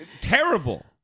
Terrible